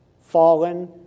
fallen